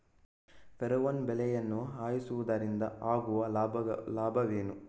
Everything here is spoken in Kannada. ಫೆರಮೋನ್ ಬಲೆಯನ್ನು ಹಾಯಿಸುವುದರಿಂದ ಆಗುವ ಲಾಭವೇನು?